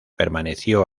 permaneció